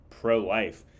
pro-life